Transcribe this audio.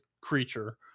creature